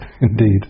Indeed